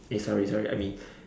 eh sorry sorry I mean